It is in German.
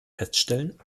feststellen